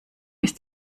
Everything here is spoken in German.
ist